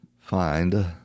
find